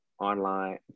online